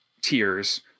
tears